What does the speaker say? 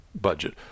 budget